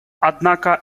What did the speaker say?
однако